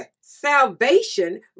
salvation